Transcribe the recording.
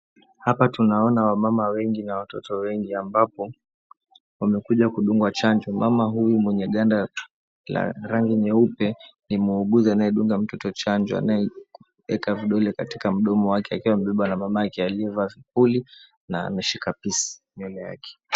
Hapa tunaona wamama wengi na watoto wengi ambapo wamekuja kudungwa chanjo. Mama mwenye ganda la rangi nyeupe ni muuguzi anayedunga mtoto chanjo, anayeeka kidole katika mdomo wake, amebebwa na mamake aliyevaa vipuli na ameshuka peas nywele yake.